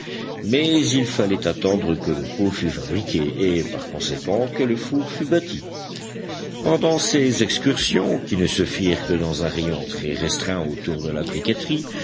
mais il fallait attendre que le pot fût fabriqué et par conséquent que le four fût bâti pendant ces excursions qui ne se firent que dans un rayon très restreint autour de la briqueterie